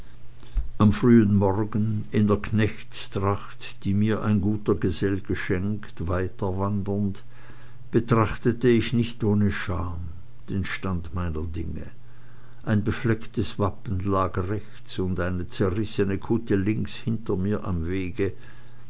am frühen morgen in der knechtstracht die mir ein guter gesell geschenkt weiterwandernd betrachtete ich nicht ohne scham den stand meiner dinge ein beflecktes wappen lag rechts und eine zerrissene kutte links hinter mir am wege